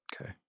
Okay